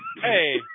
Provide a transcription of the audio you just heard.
Hey